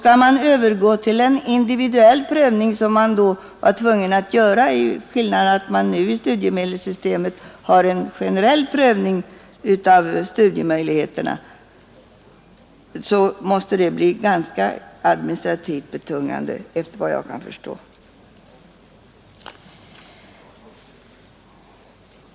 Skall man införa en individuell prövning — som man då skulle vara tvungen att göra till skillnad mot att man nu i studiemedelssystemet har en generell prövning av studieförutsättningarna — måste det bli administrativt ganska betungande efter vad jag kan förstå.